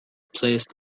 placed